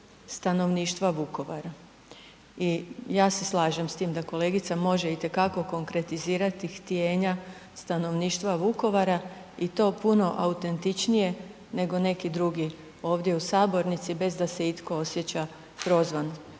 stanovništva Vukovara i ja se slažem s tim da kolegica može itekako konkretizirati htjenja stanovništva Vukovara i to puno autentičnije nego neki drugi ovdje u sabornici, bez da se itko osjeća prozvan.